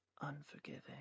unforgiving